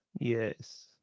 Yes